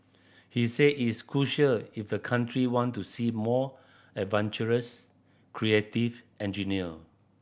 he say is crucial if the country want to see more adventurous creative engineer